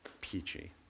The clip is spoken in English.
peachy